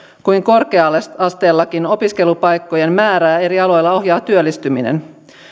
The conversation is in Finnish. kuin korkea asteellakin opiskelupaikkojen määrää eri aloilla ohjaa työllistyminen